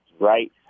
right